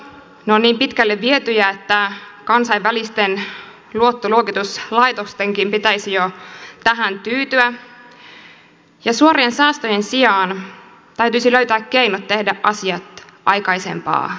ne ovat niin pitkälle vietyjä että kansainvälisten luottoluokituslaitostenkin pitäisi jo tähän tyytyä ja suorien säästöjen sijaan täytyisi löytää keinot tehdä asiat aikaisempaa järkevämmin